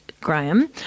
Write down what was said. Graham